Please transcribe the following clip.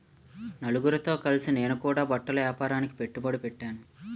నలుగురితో కలిసి నేను కూడా బట్టల ఏపారానికి పెట్టుబడి పెట్టేను